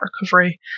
recovery